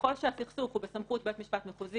ככל שהסכסוך הוא בסמכות בית משפט מחוזי,